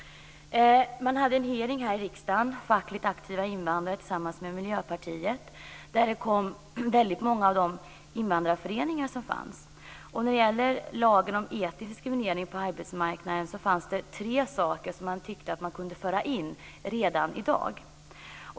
Miljöpartiet arrangerade tillsammans med fackligt aktiva invandrare en hearing där många invandrarföreningar deltog. I fråga om lagen om etnisk diskriminering på arbetsmarknaden fanns det tre saker som kunde tas med redan i dag.